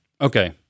okay